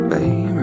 Baby